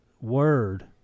word